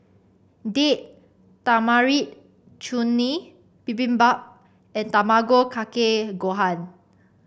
Date Tamarind Chutney Bibimbap and Tamago Kake Gohan